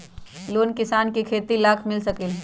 Loan किसान के खेती लाख मिल सकील?